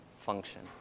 function